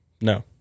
No